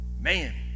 man